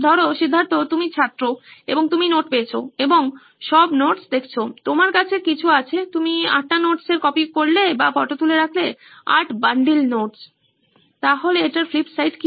ধরো সিদ্ধার্থ তুমি ছাত্র এবং তুমি নোট পেয়েছো এবং সব নোটস দেখছো তোমার কাছে কিছু আছে তুমি আটটা নোটস এর কপি করলে বা ফটো তুলে রাখলে আট বান্ডিল নোটস তাহলে এটার ফ্লিপ সাইড কি